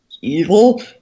evil